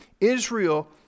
israel